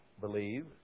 Believe